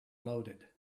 loaded